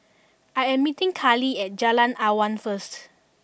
I am meeting Karly at Jalan Awan first